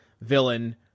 villain